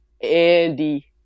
Andy